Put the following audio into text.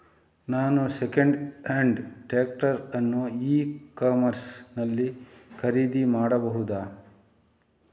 ನಾನು second hand tractor ಅನ್ನು e commerce ನಲ್ಲಿ ಖರೀದಿ ಮಾಡಬಹುದಾ?